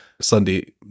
sunday